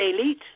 elite